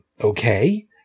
okay